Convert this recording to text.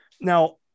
now